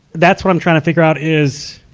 that's what i'm trying to figure out, is,